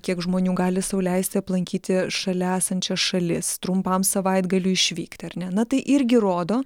kiek žmonių gali sau leisti aplankyti šalia esančias šalis trumpam savaitgaliui išvykti ar ne na tai irgi rodo